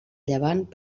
llevant